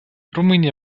румыния